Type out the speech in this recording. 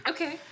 Okay